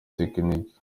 tekiniki